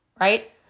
Right